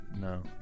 no